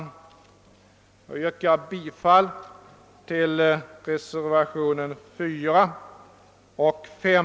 Jag yrkar bifall till reservationerna 4 och 5a.